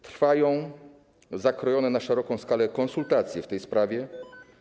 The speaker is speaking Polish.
Trwają zakrojone na szeroką skalę konsultacje w tej sprawie.